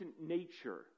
nature